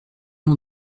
nom